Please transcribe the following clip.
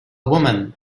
woman